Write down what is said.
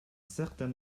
certain